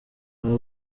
aba